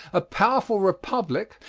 a powerful republic,